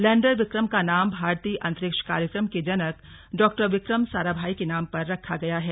lander Vikram का नाम भारतीय अंतरिक्ष कार्यक्रम के जनक डॉ विक्रम साराभाई के नाम पर रखा गया है